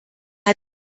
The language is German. hat